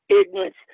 ignorance